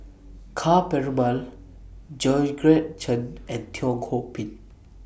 Ka Perumal Georgette Chen and Teo Ho Pin